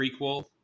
prequel